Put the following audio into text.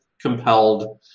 compelled